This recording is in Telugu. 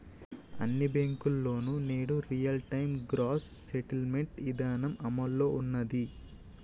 అన్ని బ్యేంకుల్లోనూ నేడు రియల్ టైం గ్రాస్ సెటిల్మెంట్ ఇదానం అమల్లో ఉన్నాది